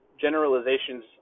generalizations